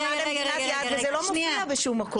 זה לא מופיע בשום מקום.